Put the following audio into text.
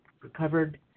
recovered